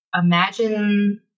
imagine